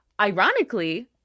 ironically